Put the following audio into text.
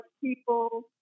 people